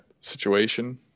situation